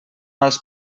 als